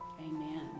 Amen